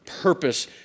Purpose